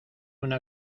una